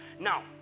Now